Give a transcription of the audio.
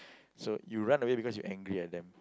so you run away because you angry at them